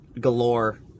galore